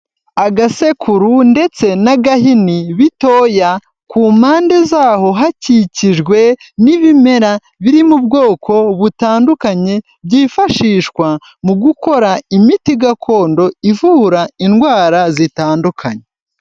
Agasekuru ndetse n'agahini bitoya ku mpande zaho hakikijwe n'ibimera, biri mu bwoko butandukanye, byifashishwa mu gukora imiti gakondo, ivura indwara zitandukanye.